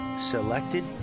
selected